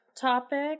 topic